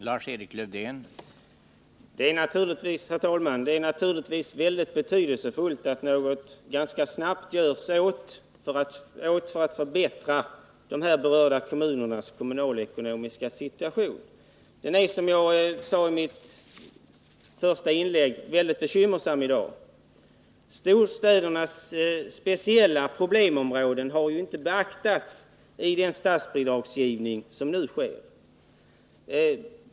Herr talman! Det är naturligtvis väldigt betydelsefullt att åtgärder ganska snabbt vidtas för att förbättra de berörda kommunernas kommunalekonomiska situation. Som jag sade i mitt första inlägg är denna mycket bekymmersam i dag. Storstädernas speciella problemområden har ju inte beaktats i den statsbidragsgivning som nu sker.